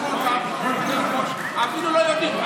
הם אפילו לא יודעים.